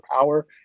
power